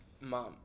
Mom